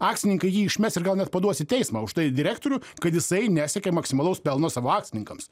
akcininkai jį išmes ir gal net paduos į teismą už tai direktorių kad jisai nesiekė maksimalaus pelno savo akcininkams